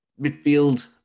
Midfield